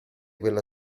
quella